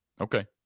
Okay